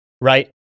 right